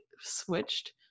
switched